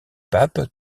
papes